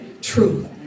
truth